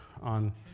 on